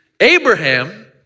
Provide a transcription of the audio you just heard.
Abraham